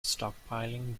stockpiling